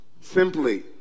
simply